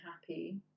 Happy